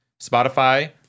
Spotify